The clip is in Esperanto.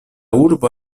urbo